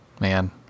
man